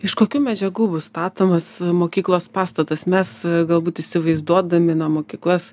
iš kokių medžiagų bus statomas mokyklos pastatas mes galbūt įsivaizduodami na mokyklas